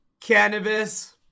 Cannabis